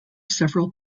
several